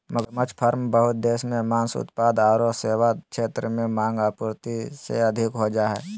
मगरमच्छ फार्म बहुत देश मे मांस उत्पाद आरो सेवा क्षेत्र में मांग, आपूर्ति से अधिक हो जा हई